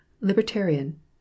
Libertarian